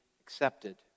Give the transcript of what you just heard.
accepted